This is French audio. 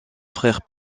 frère